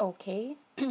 okay